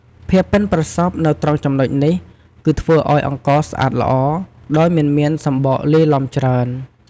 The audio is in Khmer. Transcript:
ភាពប៉ិនប្រសប់នៅត្រង់ចំណុចនេះ គឺធ្វើឱ្យអង្ករស្អាតល្អ ដោយមិនមានសម្បកលាយឡំច្រើន។